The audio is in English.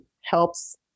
helps